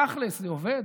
תכלס, זה עובד?